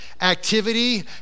activity